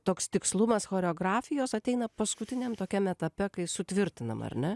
toks tikslumas choreografijos ateina paskutiniam tokiame etape kai sutvirtinam ar ne